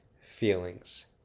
feelings